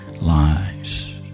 lives